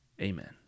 Amen